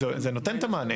זה נותן את המענה.